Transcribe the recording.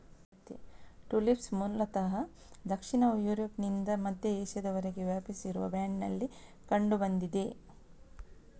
tulips ಮೂಲತಃ ದಕ್ಷಿಣ ಯುರೋಪ್ನಿಂದ ಮಧ್ಯ ಏಷ್ಯಾದವರೆಗೆ ವ್ಯಾಪಿಸಿರುವ ಬ್ಯಾಂಡಿನಲ್ಲಿ ಕಂಡು ಬಂದಿದೆ